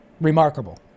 remarkable